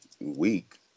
week